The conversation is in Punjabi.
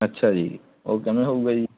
ਅੱਛਾ ਜੀ ਉਹ ਕਿਵੇਂ ਹੋਵੇਗਾ ਜੀ